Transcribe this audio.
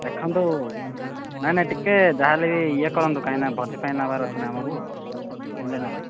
ଦେଖନ୍ତୁ ନାହିଁ ନାହିଁ ଟିକିଏ ଯାହା ହେଲେ ବି ଇଏ କରନ୍ତୁ କାହିଁକି ନା ଭୋଜି ପାଇଁ ନେବାର ଅଛିନା ଆମକୁ ବୁଝିଲେ ନା ନାହିଁ